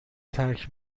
ترک